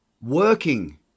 working